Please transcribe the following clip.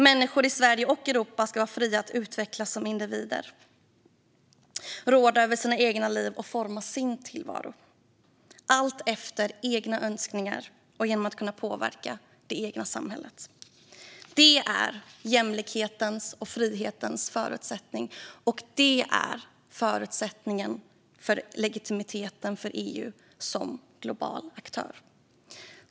Människor i Sverige och Europa ska vara fria att utvecklas som individer, råda över sina egna liv och forma sin tillvaro efter egna önskningar och genom att kunna påverka det egna samhället. Det är jämlikhetens och frihetens förutsättningar, och det är förutsättningen för legitimiteten för EU som global aktör.